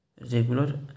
regular